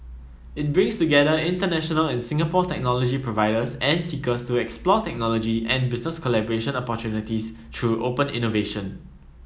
it brings together international and Singapore technology providers and seekers to explore technology and business collaboration opportunities through open innovation